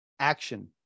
Action